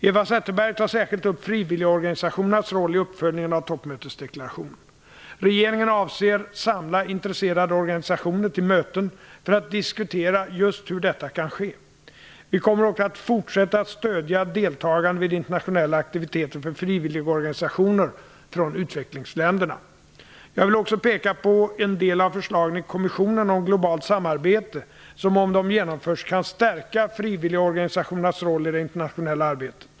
Eva Zetterberg tar särskilt upp frivilligorganisationernas roll i uppföljningen av toppmötesdeklarationen. Regeringen avser samla intresserade organisationer till möten för att diskutera just hur detta kan ske. Vi kommer också att fortsätta att stödja deltagande vid internationella aktiviteter för frivilligorganisationer från utvecklingsländerna. Jag vill också peka på en del av förslagen i kommissionen om globalt samarbete som, om de genomförs, kan stärka frivilligorganisationernas roll i det internationella arbetet.